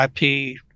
IP